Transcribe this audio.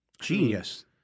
Genius